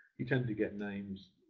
you tend to get names,